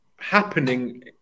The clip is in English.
Happening